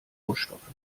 rohstoffe